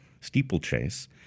steeplechase